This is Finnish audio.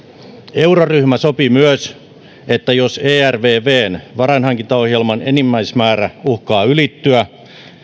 euroryhmä sopi myös että jos ervvn varainhankintaohjelman enimmäismäärä uhkaa ylittyä